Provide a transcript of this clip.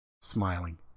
smiling